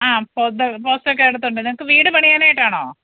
ആ പോസ്റ്റൊക്കെ അടുത്തുണ്ട് നിങ്ങൾക്ക് വീട് പണിയാനായിട്ടാണോ